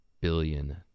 billion